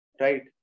right